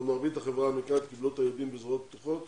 מרבית החברה האמריקאית קיבלו את היהודים בזרועות פתוחות